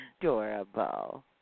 adorable